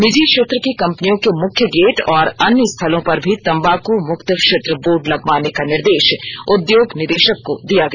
निजी क्षेत्र की कम्पनियों के मुख्य गेट और अन्य स्थलों पर भी तम्बाकू मुक्त क्षेत्र बोर्ड लगवाने का निर्दे ा उद्योग निर्दे ॉक को दिया गया